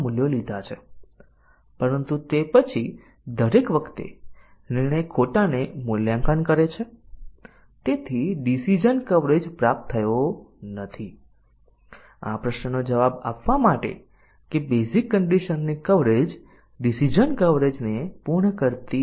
આ કિસ્સામાં બંને ટેસ્ટીંગ ના કેસો ખોટાને મૂલ્યાંકન કરવાનો નિર્ણય લેશે અને તેથી ડીસીઝન કવરેજ પ્રાપ્ત થશે નહીં કારણ કે સંપૂર્ણ બ્રાંચ અભિવ્યક્તિ સાચી અને ખોટી કિંમત પ્રાપ્ત થતી નથી મૂળ કન્ડિશન ની કવરેજ ડીસીઝન કવરેજ ને સુનિશ્ચિત કરતી નથી